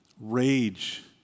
rage